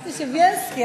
חשבתי שבילסקי,